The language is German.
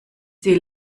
sie